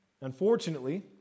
Unfortunately